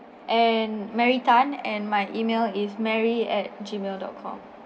and mary tan and my email is mary at gmail dot com